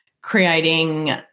creating